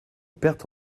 perte